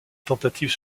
tentative